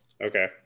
Okay